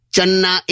Channa